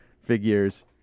figures